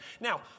Now